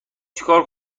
چیکار